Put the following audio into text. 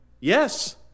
Yes